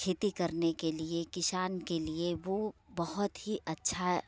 खेती करने के लिए किसान के लिए वो बहुत ही अच्छा